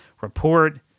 report